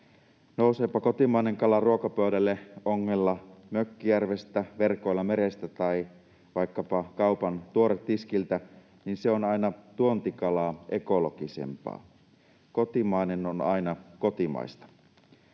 Nouseepa kotimainen kala ruokapöydälle ongella mökkijärvestä, verkoilla merestä tai vaikkapa kaupan tuoretiskiltä, niin se on aina tuontikalaa ekologisempaa. Kotimainen on aina kotimaista.